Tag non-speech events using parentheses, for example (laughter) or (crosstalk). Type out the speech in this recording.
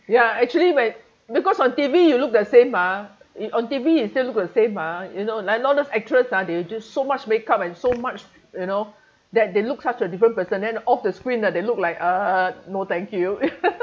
ya actually when because on T_V you look the same ah it on T_V you still look the same ah you know like a lot of actress ah they do so much makeup and so much you know that they look like a different person then off the screen ah they look like uh no thank you (laughs)